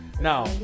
Now